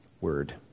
word